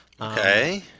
Okay